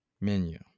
Menu